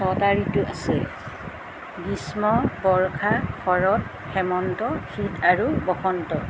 ছটা ঋতু আছে গ্ৰীষ্ম বৰ্ষা শৰৎ হেমন্ত শীত আৰু বসন্ত